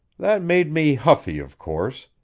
that made me huffy, of course.